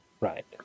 Right